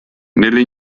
nelle